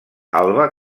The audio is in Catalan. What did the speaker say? alba